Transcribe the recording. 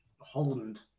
Holland